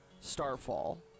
Starfall